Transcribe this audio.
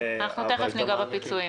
אנחנו תיכף ניגע בפיצויים.